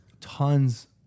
tons